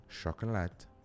chocolate